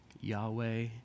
Yahweh